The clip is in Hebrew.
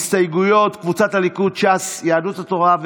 הסתייגויות של קבוצת סיעת הליכוד: חברי הכנסת בנימין נתניהו,